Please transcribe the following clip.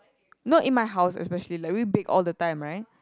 not in my house especially like we bake all the time right